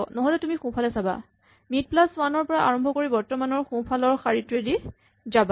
নহ'লে তুমি সোঁফালে চাবা মিড প্লাচ ৱান ৰ পৰা আৰম্ভ কৰি বৰ্তমানৰ সোঁফালৰ শাৰীটোৱেদি যাবা